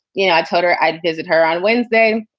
you know, i told her i'd visit her on wednesday.